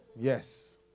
Yes